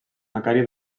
macari